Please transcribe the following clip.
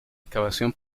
excavación